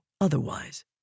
otherwise